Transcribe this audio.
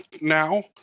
now